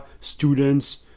students